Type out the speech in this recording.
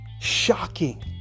shocking